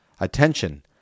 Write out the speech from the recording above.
Attention